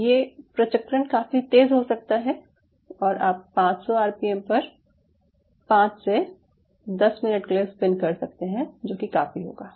ये प्रचक्रण काफी तेज़ हो सकता है और आप 500 आरपीएम पर 5 से 10 मिनट के लिए स्पिन कर सकते हैं जो कि काफी होगा